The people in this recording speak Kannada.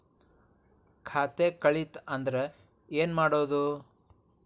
ಖಾತೆ ಕಳಿತ ಅಂದ್ರೆ ಏನು ಮಾಡೋದು?